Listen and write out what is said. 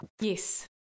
Yes